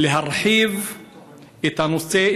להרחיב את הנושא,